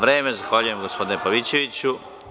Vreme, zahvaljujem gospodine Pavićeviću.